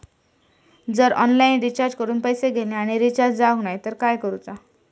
जर online recharge करून पैसे गेले आणि रिचार्ज जावक नाय तर काय करूचा?